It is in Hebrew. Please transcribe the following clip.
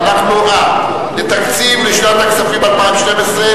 אנחנו עוסקים במשרד התיירות.